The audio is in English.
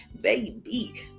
Baby